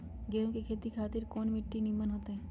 गेंहू की खेती खातिर कौन मिट्टी निमन हो ताई?